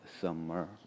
summer